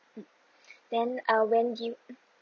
mm then uh when you